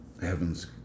Heaven's